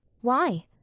Why